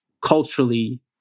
culturally